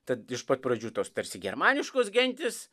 tad iš pat pradžių tos tarsi germaniškos gentys